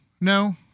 No